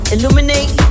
Illuminate